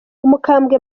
umukambwe